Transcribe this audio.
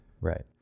Right